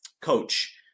coach